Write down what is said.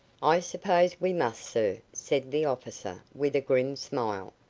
i suppose we must, sir, said the officer, with a grim smile.